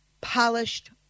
polished